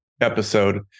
episode